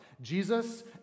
Jesus